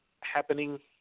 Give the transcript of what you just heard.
happening